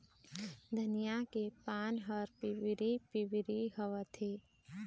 धनिया के पान हर पिवरी पीवरी होवथे?